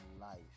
life